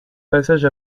passage